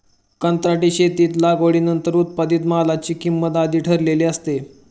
कंत्राटी शेतीत लागवडीनंतर उत्पादित मालाची किंमत आधीच ठरलेली असते